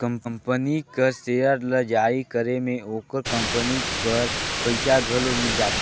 company कर share ल जारी करे में ओकर कंपनी बर पइसा घलो मिल जाथे